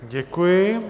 Děkuji.